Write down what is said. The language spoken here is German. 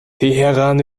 teheran